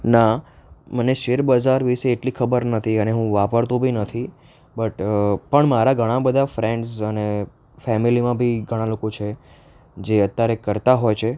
ના મને શેર બજાર વિશે એટલી ખબર નથી તેને હું વાપરતો બી નથી બટ પણ મારા ઘણા બધા ફ્રેન્ડ્સ અને ફેમિલીમાંથી ઘણા લોકો છે જે અત્યારે કરતા હોય છે